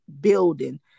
building